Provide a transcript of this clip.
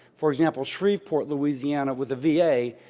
for example, shreveport, louisiana, with the v a,